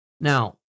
Now